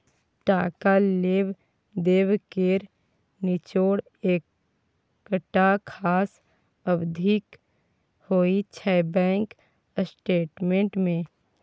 टका लेब देब केर निचोड़ एकटा खास अबधीक होइ छै बैंक स्टेटमेंट मे